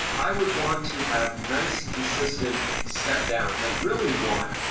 i would want to have nice, consistent stepdowns. i'd really want,